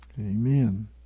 Amen